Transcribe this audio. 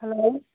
hello